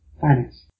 finance